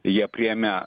jie priėmė